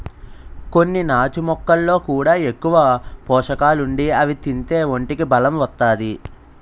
కొన్ని నాచు మొక్కల్లో కూడా ఎక్కువ పోసకాలుండి అవి తింతే ఒంటికి బలం ఒత్తాది